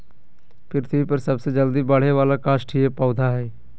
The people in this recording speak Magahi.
पृथ्वी पर सबसे जल्दी बढ़े वाला काष्ठिय पौधा हइ